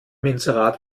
inserat